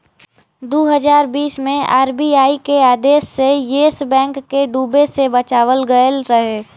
दू हज़ार बीस मे आर.बी.आई के आदेश से येस बैंक के डूबे से बचावल गएल रहे